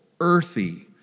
earthy